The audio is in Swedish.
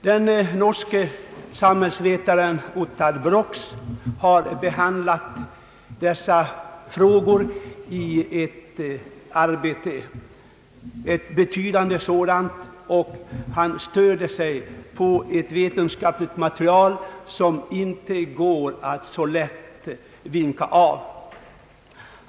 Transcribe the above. Den norske samhällsvetaren Ottar Brox har behandlat dessa frågor i ett betydande arbete, och det vetenskapliga material han där stöder sina antaganden på kan man inte så lätt bortse från.